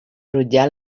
rutllar